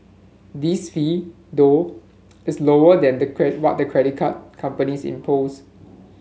this fee though is lower than the what the credit card companies impose